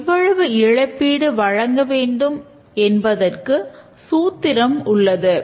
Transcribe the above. எவ்வளவு இழப்பீடு வழங்க வேண்டும் என்பதற்கு சூத்திரம் உள்ளது